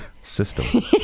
system